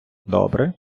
добре